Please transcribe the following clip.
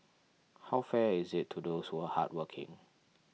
how fair is it to those who are hardworking